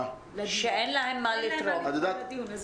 אין להם מה לתרום לדיון.